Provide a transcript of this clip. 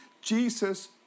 Jesus